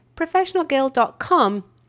professionalguild.com